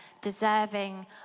deserving